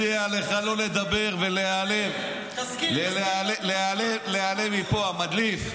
מציע לך לא לדבר ולהיעלם מפה, המדליף.